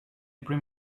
bring